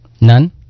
None